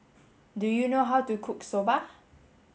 do you know how to cook Soba